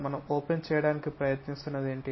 మనం తెరవడానికి ప్రయత్నిస్తున్నది ఏమిటి